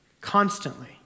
constantly